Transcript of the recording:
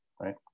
right